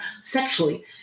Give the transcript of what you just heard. sexually